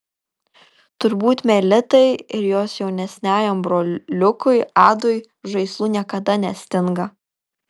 turbūt melitai ir jos jaunesniajam broliukui adui žaislų niekada nestinga